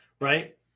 right